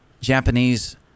Japanese